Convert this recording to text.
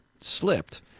slipped